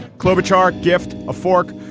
klobuchar gift a fork.